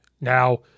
Now